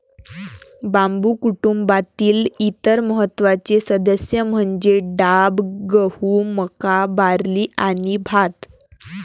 बांबू कुटुंबातील इतर महत्त्वाचे सदस्य म्हणजे डाब, गहू, मका, बार्ली आणि भात